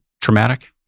traumatic